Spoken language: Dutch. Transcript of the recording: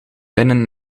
binnen